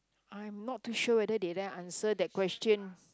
I'm not too sure whether did I answer that question